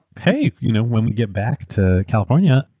hey, you know when we get back to california,